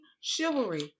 chivalry